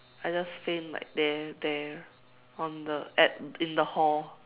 I just faint like there there on the at in the hall